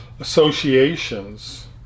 associations